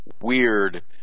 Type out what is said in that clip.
weird